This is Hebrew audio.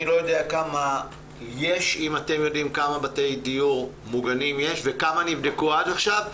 אני לא יודע אם אתם יודעים כמה בתי דיור מוגנים יש וכמה נבדקו עד עכשיו,